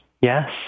Yes